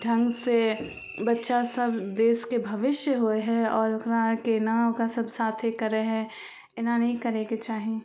ढङ्गसे बच्चासभ देशके भविष्य होइ हइ आओर ओकरा आरके एना ओकरा सब साथे करै हइ एना नहि करैके चाही